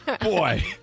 Boy